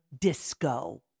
disco